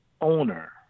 owner